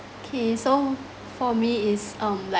K so for me is um like